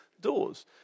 doors